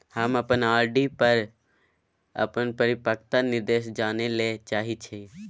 हम अपन आर.डी पर अपन परिपक्वता निर्देश जानय ले चाहय छियै